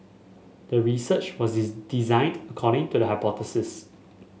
the research was designed according to the hypothesis